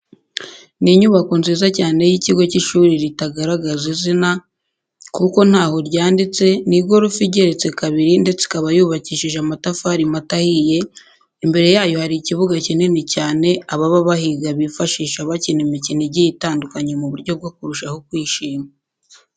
Ni inyubako nziza cyane y'ikigo cy'ishuri ritagaragara izina kuko ntaho ryanditse, ni igorofa igeretse kabiri ndetse ikaba yubakishije amatafari mato ahiye, imbere yayo hari ikibuga kinini cyane ababa bahiga bifashisha bakina imikino igiye itandukanye mu buryo bwo kurushaho kwishima.